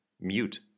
mute